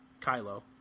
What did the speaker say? Kylo